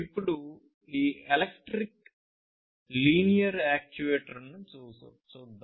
ఇప్పుడు ఈ electric linear actuator ను చూద్దాం